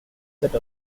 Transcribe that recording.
set